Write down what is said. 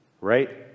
right